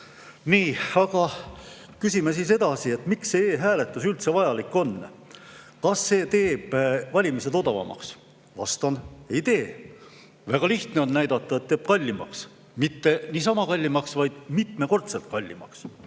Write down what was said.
Nii, aga küsime edasi: miks e‑hääletus üldse vajalik on? Kas see teeb valimised odavamaks? Vastan: ei tee. Väga lihtne on näidata, et teeb kallimaks, ja mitte niisama kallimaks, vaid mitmekordselt kallimaks.